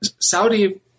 Saudi